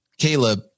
Caleb